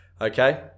okay